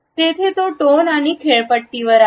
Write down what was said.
तेथे तो टोन आणि खेळपट्टीवर आहे